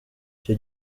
icyo